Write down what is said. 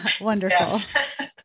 Wonderful